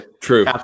true